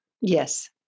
Yes